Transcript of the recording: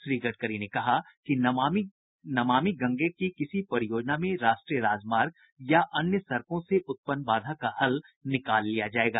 श्री गडकरी ने कहा कि नमामि गंगे की किसी परियोजना में राष्ट्रीय राजमार्ग या अन्य सड़कों से उत्पन्न बाधा का हल निकाल लिया जायेगा